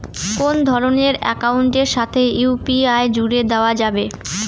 কোন ধরণের অ্যাকাউন্টের সাথে ইউ.পি.আই জুড়ে দেওয়া যাবে?